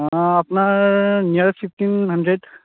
আপোনাৰ near fifteen hundred